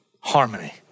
harmony